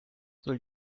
soll